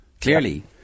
clearly